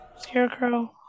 Scarecrow